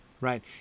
right